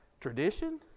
tradition